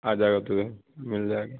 آ جائے گا تو مل جائے گا